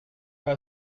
pas